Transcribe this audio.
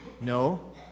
No